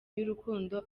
y’urukundo